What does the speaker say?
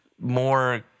more